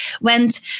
went